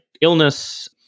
illness